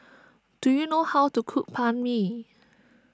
do you know how to cook Banh Mi